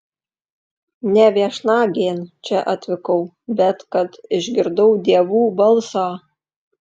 ne viešnagėn čia atvykau bet kad išgirdau dievų balsą